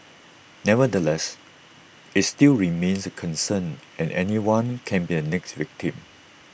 nevertheless IT still remains A concern and anyone can be the next victim